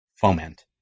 foment